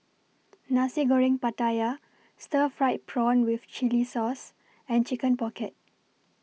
Nasi Goreng Pattaya Stir Fried Prawn with Chili Sauce and Chicken Pocket